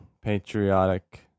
patriotic